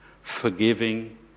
forgiving